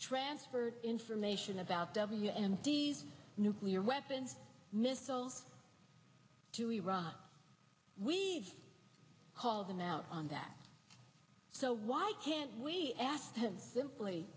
transferred information about w m d's nuclear weapons missiles to iraq we call them out on that so why can't we asked simply